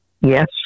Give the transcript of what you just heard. Yes